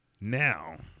Now